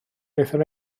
wnaethon